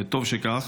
וטוב שכך.